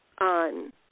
on